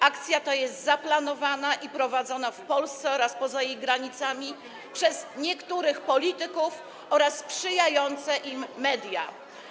Akcja ta jest zaplanowana i prowadzona w Polsce oraz poza jej granicami przez niektórych polityków oraz sprzyjające im media.